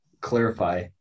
clarify